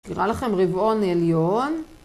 נראה לכם רבעון עליון.